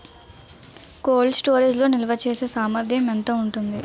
Cold storage లో నిల్వచేసేసామర్థ్యం ఎంత ఉంటుంది?